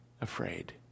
afraid